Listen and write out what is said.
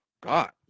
God